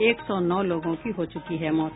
एक सौ नौ लोगों की हो चुकी है मौत